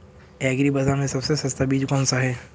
Agree बाज़ार में सबसे सस्ता बीज कौनसा है?